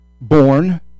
born